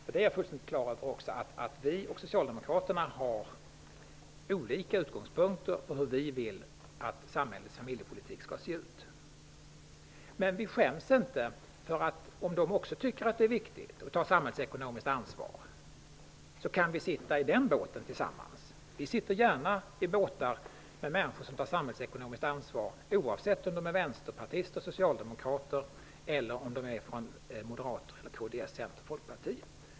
Jag är fullständigt klar över att Ny demokrati och Socialdemokraterna har olika utgångspunkter för hur man vill att samhällets familjepolitik skall se ut. Men vi i Ny demokrati skäms inte för att sitta i samma båt som socialdemokraterna om de också tycker att det är viktigt att ta samhällsekonomiskt ansvar. Vi sitter gärna i båtar med människor som tar samhällsekonomiskt ansvar, oavsett om de är vänsterpartister eller socialdemokrater eller om de är från Moderaterna, kds, Centern eller Folkpartiet.